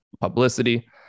publicity